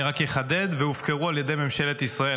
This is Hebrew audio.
אני רק אחדד: והופקרו על ידי ממשלת ישראל.